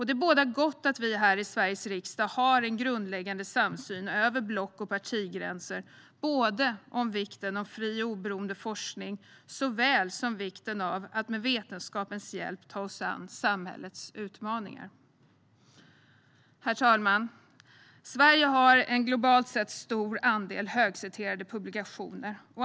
Det bådar gott att vi här i Sveriges riksdag har en grundläggande samsyn över block och partigränser både om vikten av fri och oberoende forskning och om vikten av att med vetenskapens hjälp ta oss an samhällets utmaningar. Herr talman! Sverige har en globalt sett stor andel högciterade publikationer.